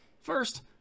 First